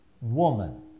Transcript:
woman